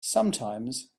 sometimes